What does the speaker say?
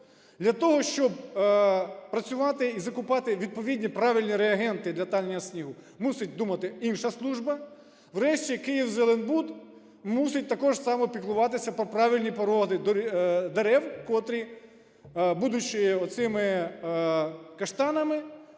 для того, щоб працювати і закупати відповідні правильні реагенти для танення снігу, мусить думати інша служба; врешті "Київзеленбуд" мусить також само піклуватися про правильні породи дерев, котрі, будучи оцими каштанами,